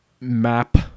map